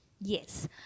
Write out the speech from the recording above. Yes